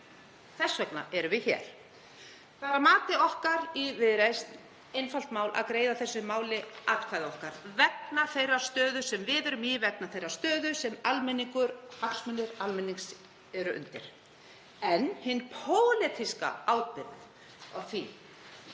Þess vegna erum við hér. Það er að mati okkar í Viðreisn einfalt mál að greiða þessu máli atkvæði okkar vegna þeirrar stöðu sem við erum í, vegna þeirrar stöðu að hagsmunir almennings eru undir. En hin pólitíska ábyrgð á því